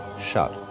shut